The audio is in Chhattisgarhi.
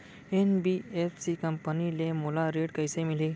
एन.बी.एफ.सी कंपनी ले मोला ऋण कइसे मिलही?